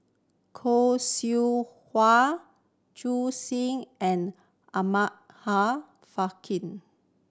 Khoo Seow Hwa Zhu and Abraham Frankel